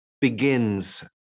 begins